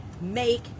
make